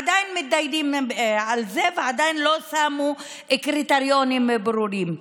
עדיין דנים על זה ועדיין לא שמו קריטריונים ברורים.